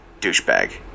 douchebag